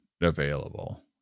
available